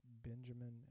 Benjamin